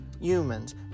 humans